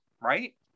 right